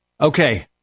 okay